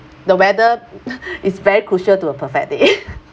the weather is very crucial to a perfect day